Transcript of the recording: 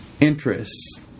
interests